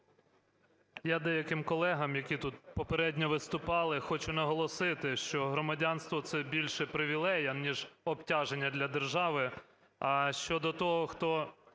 Я деяким колегам, які тут попередньо виступали, хочу наголосити, що громадянство – це більше привілей, аніж обтяження для держави. А щодо того, хто